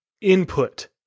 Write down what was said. input